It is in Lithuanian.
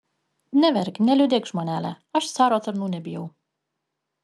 neverk neliūdėk žmonele aš caro tarnų nebijau